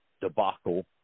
debacle